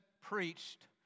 preached